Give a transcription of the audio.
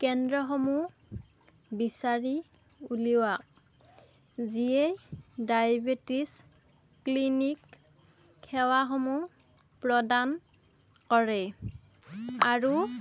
কেন্দ্ৰসমূহ বিচাৰি উলিয়াওক যিয়ে ডায়েবেটিছ ক্লিনিক সেৱাসমূহ প্ৰদান কৰে আৰু